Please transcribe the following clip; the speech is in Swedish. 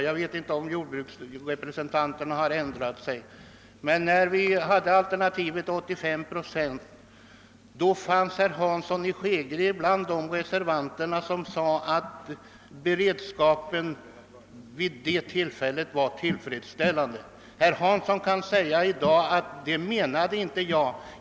Jag vet inte om jordbruksrepresentanterna har ändrat sig, men när vi framförde alternativet 85 procent, fanns herr Hansson i Skegrie med bland de reservanter som ansåg att beredskapen vid det tillfället var tillfredsställande. Herr Hansson kan i dag säga: »Det menade inte jag.